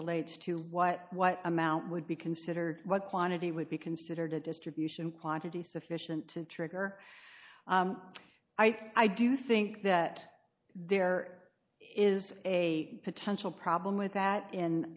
relates to what what amount would be considered what quantity would be considered a distribution quantity sufficient to trigger i do think that there is a potential problem with that in